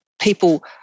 people